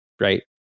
right